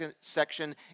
section